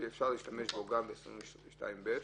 אפשר להשתמש כנגדו גם בסעיף 22(ב)